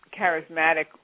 charismatic